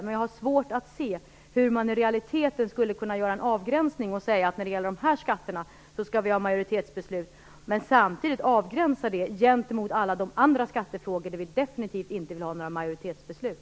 Men jag har svårt att se hur man i realiteten skulle kunna göra en avgränsning och säga att det skall vara majoritetsbeslut när det gäller de här skatterna, samtidigt som man skall avgränsa dem mot alla andra skattefrågor där man definitivt inte vill ha några majoritetsbeslut.